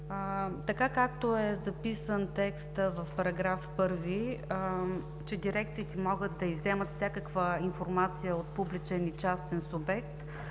Така, както е записан текстът в § 1, че дирекциите могат да изземат всякаква информация от публичен и частен субект,